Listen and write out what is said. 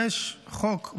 יש חוק,